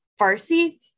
Farsi